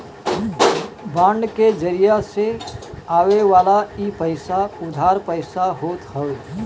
bond के जरिया से आवेवाला इ पईसा उधार पईसा होत हवे